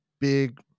big